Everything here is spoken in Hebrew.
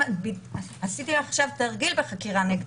עשיתי עכשיו תרגיל בחקירה נגדית.